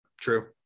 True